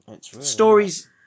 Stories